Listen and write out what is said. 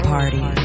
Party